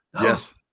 Yes